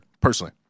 personally